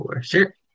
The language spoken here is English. Sure